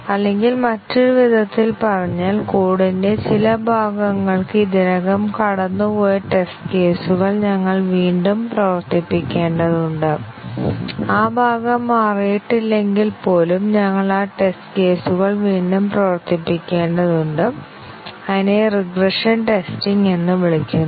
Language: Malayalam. അല്ലെങ്കിൽ മറ്റൊരു വിധത്തിൽ പറഞ്ഞാൽ കോഡിന്റെ ചില ഭാഗങ്ങൾക്ക് ഇതിനകം കടന്നുപോയ ടെസ്റ്റ് കേസുകൾ ഞങ്ങൾ വീണ്ടും പ്രവർത്തിപ്പിക്കേണ്ടതുണ്ട് ആ ഭാഗം മാറിയിട്ടില്ലെങ്കിൽപ്പോലും ഞങ്ങൾ ആ ടെസ്റ്റ് കേസുകൾ വീണ്ടും പ്രവർത്തിപ്പിക്കേണ്ടതുണ്ട് അതിനെ റിഗ്രഷൻ ടെസ്റ്റിംഗ് എന്ന് വിളിക്കുന്നു